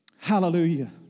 Hallelujah